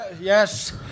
yes